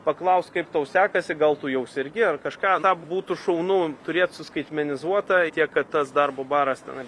paklaust kaip tau sekasi gal tu jau sergi ar kažką tą būtų šaunu turėt suskaitmenizuota tiek kad tas darbo baras tenai